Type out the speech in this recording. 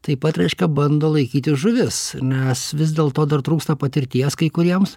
taip pat reiškia bando laikyti žuvis nes vis dėl to dar trūksta patirties kai kuriems